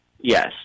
Yes